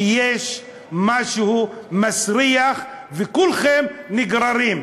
יש משהו מסריח וכולכם נגררים,